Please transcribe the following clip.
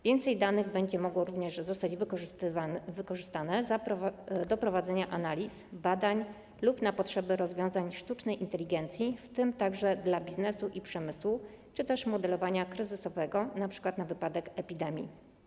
Więcej danych będzie mogło również zostać wykorzystanych do prowadzenia analiz, badań lub na potrzeby rozwiązań sztucznej inteligencji, w tym także dla biznesu i przemysłu, czy też modelowania kryzysowego, np. na wypadek epidemii.